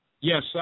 Yes